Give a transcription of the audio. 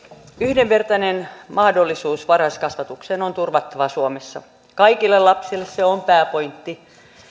yhdenvertainen mahdollisuus varhaiskasvatukseen on turvattava suomessa kaikille lapsille se on pääpointti